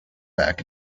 back